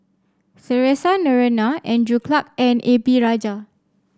Theresa Noronha Andrew Clarke and A P Rajah